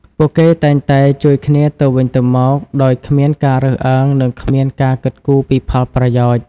ពួកគេតែងតែជួយគ្នាទៅវិញទៅមកដោយគ្មានការរើសអើងនិងគ្មានការគិតគូរពីផលប្រយោជន៍។